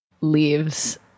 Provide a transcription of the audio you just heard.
leaves